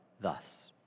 thus